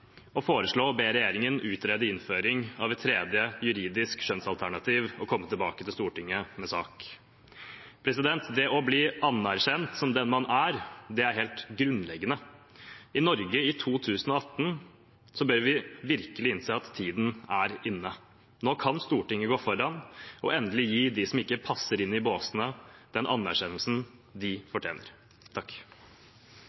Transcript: foreslå å be regjeringen utrede innføring av et tredje juridisk kjønnsalternativ og komme tilbake til Stortinget med sak. Det å bli anerkjent som den man er, er helt grunnleggende. I Norge i 2018 bør vi virkelig innse at tiden er inne. Nå kan Stortinget gå foran og endelig gi dem som ikke passer inn i båsene, den anerkjennelsen de